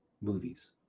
movies